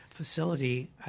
facility